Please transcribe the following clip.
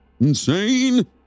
Insane